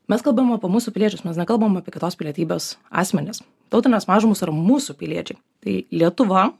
mes kalbam apie mūsų piliečius mes nekalbam apie kitos pilietybės asmenis tautinės mažumos yra mūsų piliečiai tai lietuva